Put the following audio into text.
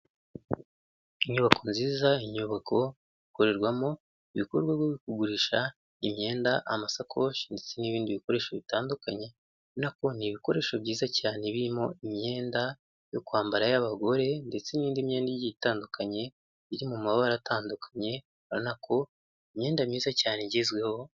Inyubako nziza, inyubako ikorerwamo ibikorwa byo kugurisha imyenda, amasakoshi ndetse n'ibindi bikoresho bitandukanye, ubona ko ni ibikoresho byiza cyane birimo imyenda yo kwambara y'abagore ndetse n'indi myenda itandukanye, iri mu mabara atandukanye, ubonako ari imyenda myiza cyane igezweho.